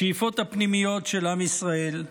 השאיפות הפנימיות של עם ישראל,